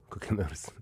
kokia nors